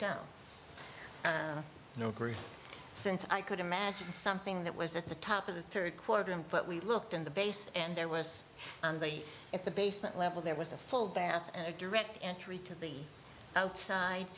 down and no group since i could imagine something that was at the top of the third quarter and but we looked in the base and there was at the basement level there was a full bath and a direct entry to the outside